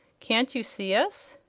can't you see us?